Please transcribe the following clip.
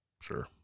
Sure